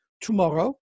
Tomorrow